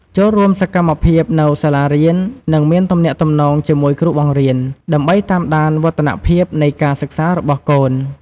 ចូលរួមសកម្មភាពនៅសាលារៀន និងមានទំនាក់ទំនងជាមួយគ្រូបង្រៀន ដើម្បីតាមដានវឌ្ឍនភាពនៃការសិក្សារបស់កូន។